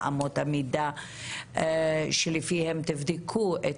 מה אמות המידה שלפיהן תבדקו את